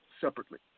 separately